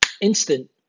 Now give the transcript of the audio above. instant